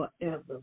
forever